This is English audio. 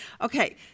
Okay